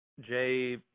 Jay